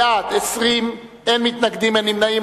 בעד, 20, אין מתנגדים ואין נמנעים.